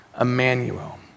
Emmanuel